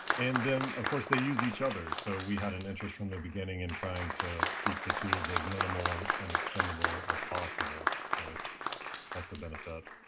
and then of course they use each other. so we had an interest from the beginning in trying to keep the tools as minimal and expendable as possible. so that's a benefit.